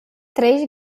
três